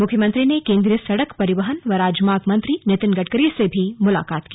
मुख्यमंत्री ने केन्द्रीय सड़क परिवहन व राजमार्ग मंत्री नितिन गडकरी से भी मुलाकत की